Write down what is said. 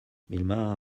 vilma